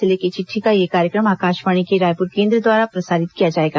जिले की चिटठी का यह कार्यक्रम आकाशवाणी के रायपुर केंद्र द्वारा प्रसारित किया जाएगा